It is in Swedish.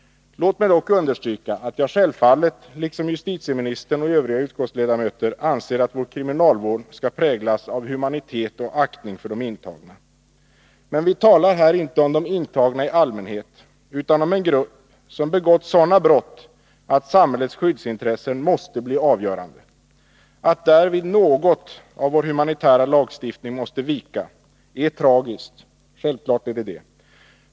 Låt mig dock understryka att jag självfallet, liksom justitieministern och övriga utskottsledamöter, anser att vår kriminalvård skall präglas av humanitet och aktning för de intagna. Men vi talar här inte om de intagna i allmänhet utan om en grupp som begått sådana brott att samhällets skyddsintressen måste bli avgörande. Att därvid något av vår humanitära lagstiftning måste vika är självfallet tragiskt.